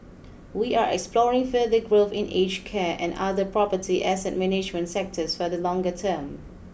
we are exploring further growth in aged care and other property asset management sectors for the longer term